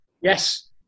Yes